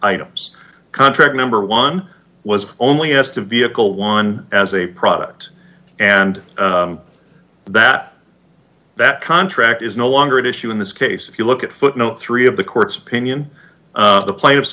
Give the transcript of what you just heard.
items contract number one was only as to vehicle one as a product and that that contract is no longer at issue in this case if you look at footnote three of the court's opinion the pla